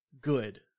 good